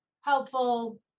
helpful